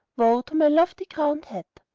woe to my lofty-crowned hat!